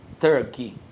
Turkey